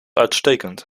uitstekend